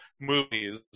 movies